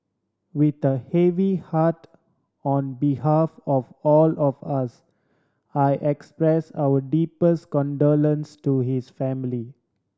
with the heavy heart on behalf of all of us I express our deepest condolence to his family